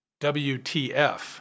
WTF